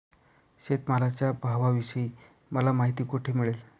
शेतमालाच्या भावाविषयी मला माहिती कोठे मिळेल?